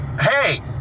Hey